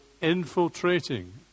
infiltrating